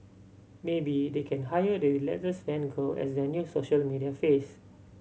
maybe they can hire the relentless fan girl as their new social media face